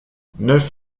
neuf